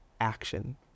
action